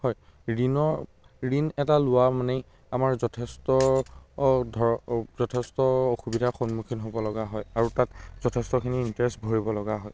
হয় ঋণৰ ঋণ এটা লোৱা মানেই আমাৰ যথেষ্ট ধৰ যথেষ্ট অসুবিধাৰ সন্মুখীন হ'ব লগা হয় আৰু তাত যথেষ্টখিনি ইণ্টাৰেষ্ট ভৰিবলগা হয়